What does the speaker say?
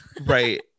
right